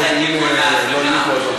אם הם לא יהיו פה,